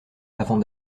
avant